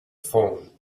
phone